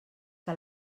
que